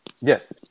yes